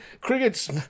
Cricket's